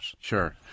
Sure